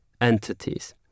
entities